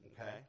Okay